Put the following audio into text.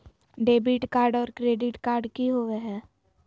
Debit card और credit card की होवे हय?